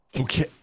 Okay